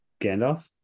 Gandalf